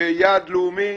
כיעד לאומי